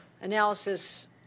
analysis